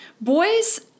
Boys